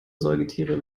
säugetiere